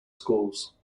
schools